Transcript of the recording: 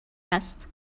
است